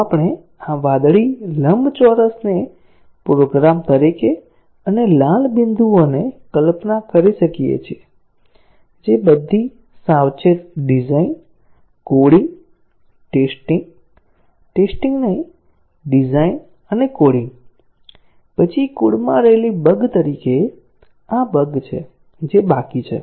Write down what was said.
જો આપણે આ વાદળી લંબચોરસને પ્રોગ્રામ તરીકે અને લાલ બિંદુઓને કલ્પના કરીએ છીએ જે બધી સાવચેત ડિઝાઇન કોડિંગ ટેસ્ટીંગ ટેસ્ટીંગ નહીં ડિઝાઇન અને કોડિંગ પછી કોડમાં રહેલી બગ તરીકે આ બગ છે જે બાકી છે